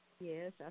Yes